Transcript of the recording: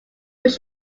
where